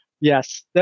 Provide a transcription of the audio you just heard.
Yes